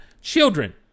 Children